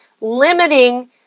limiting